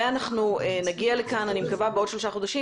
ואנחנו נגיע לכאן אני מקווה בעוד שלושה חודשים